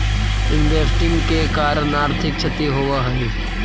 investing के कारण आर्थिक क्षति होवऽ हई